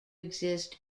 exist